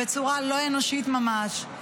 בצורה לא אנושית ממש,